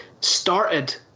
started